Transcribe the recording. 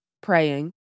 Praying